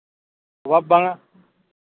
ᱚᱵᱷᱟᱵᱽ ᱵᱟᱝᱟ